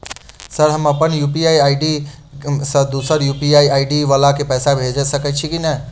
Sir हम अप्पन UPI ID सँ दोसर यु.पी.आई आई.डी वला केँ पैसा भेजि सकै छी नै?